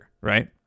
right